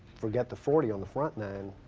forget the forty on the front nine.